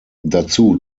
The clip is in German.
dazu